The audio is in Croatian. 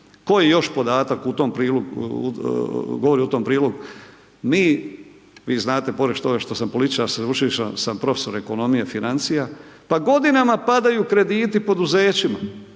u tom prilogu, govori u tom prilog, mi, vi znate pored toga što sam političar, sveučilišni sam profesor ekonomije financija, pa godinama padaju krediti poduzećima,